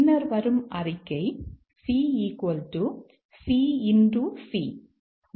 பின்னர் வரும் அறிக்கை c c c